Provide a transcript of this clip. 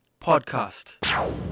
Podcast